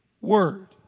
word